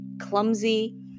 clumsy